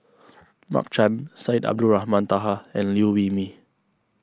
Mark Chan Syed Abdulrahman Taha and Liew Wee Mee